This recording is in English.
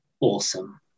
awesome